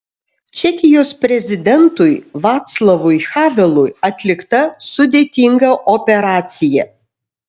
čekijos prezidentui vaclavui havelui atlikta sudėtinga operacija